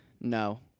No